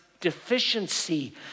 deficiency